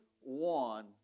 one